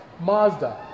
Mazda